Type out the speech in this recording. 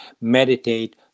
meditate